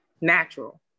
natural